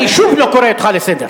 אני שוב לא קורא אותך לסדר.